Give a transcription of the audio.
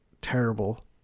terrible